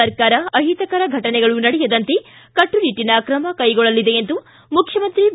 ಸರ್ಕಾರ ಅಹಿತಕರ ಘಟನೆಗಳು ನಡೆಯದಂತೆ ಕಟ್ಟುನಿಟ್ಟಿನ ಕ್ರಮ ಕೈಗೊಳ್ಳಲಿದೆ ಎಂದು ಮುಖ್ಯಮಂತ್ರಿ ಬಿ